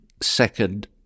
Second